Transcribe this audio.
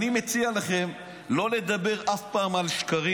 אני מציע לכם לא לדבר אף פעם על שקרים.